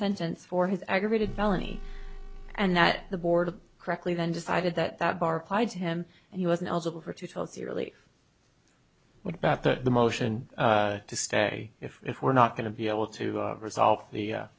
sentence for his aggravated felony and that the board of correctly then decided that that bar applied to him and he wasn't eligible for to tell to really what about that the motion to stay if if we're not going to be able to resolve the